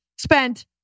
spent